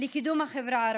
לקידום החברה הערבית.